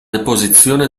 deposizione